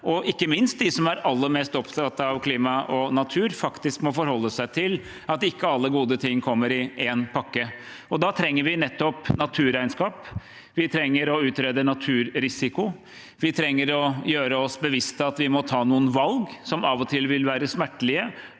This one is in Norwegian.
og ikke minst de som er aller mest opptatt av klima og natur, faktisk må forholde oss til at ikke alle gode ting kommer i én pakke. Da trenger vi nettopp naturregnskap, vi trenger å utrede naturrisiko, vi trenger å være bevisst på at vi må ta noen valg som av og til vil være smertelige.